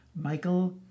Michael